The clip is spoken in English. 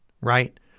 right